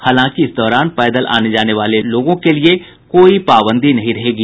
हालांकि इस दौरान पैदल आने जाने वालें लोगों के लिए कोई पाबंदी नहीं रहेगी